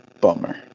bummer